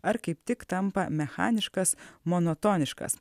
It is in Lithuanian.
ar kaip tik tampa mechaniškas monotoniškas